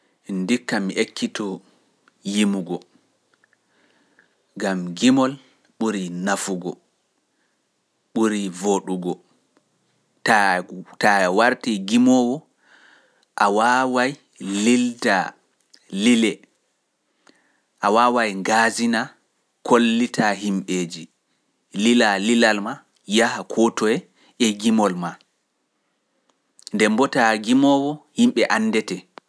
Ndikka mi ekkitoo yimugo, gam gimol ɓuri nafugo, ɓuri vooɗugo, taa warti gimowo a waaway lildaa lile, a waaway gaazina kollitaa himɓeeji, lilaa lilal ma yaha koo toye e jimol ma nde mbota jimoowo yimɓe anndete.